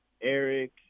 Eric